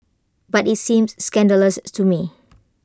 but IT seems scandalous to me